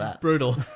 Brutal